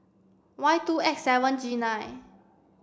Y two X seven G nine